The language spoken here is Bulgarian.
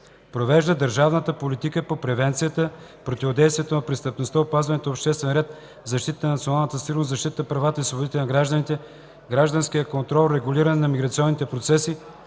провежда държавната политика по превенцията, противодействието на престъпността, опазването на обществения ред, защитата на националната сигурност, защитата на правата и свободите на гражданите, граничния контрол, регулиране на миграционните процеси,